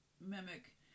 mimic